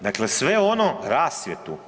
Dakle, sve ono, rasvjetu.